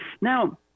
Now